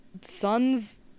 son's